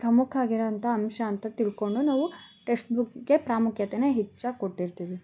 ಪ್ರಮುಖ ಆಗಿರೋ ಅಂಥ ಅಂಶ ಅಂತ ತಿಳ್ಕೊಂಡು ನಾವು ಟೆಕ್ಸ್ಟ್ ಬುಕ್ಗೆ ಪ್ರಾಮುಖ್ಯತೆನ ಹೆಚ್ಚಾಗಿ ಕೊಟ್ಟಿರ್ತೀವಿ